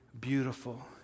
beautiful